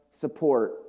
support